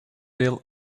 deel